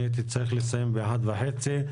אני הייתי צריך לסיים באחת וחצי.